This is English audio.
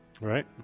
Right